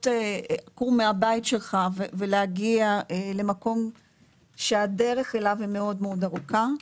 עקור מהבית שלך ולהגיע למקום שהדרך אליו היא מאוד ארוכה.